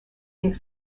des